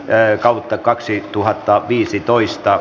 kreetalta kaksituhattaviisitoista